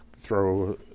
throw